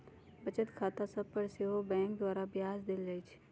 बचत खता सभ पर सेहो बैंक द्वारा ब्याज देल जाइ छइ